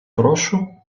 прошу